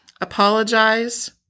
apologize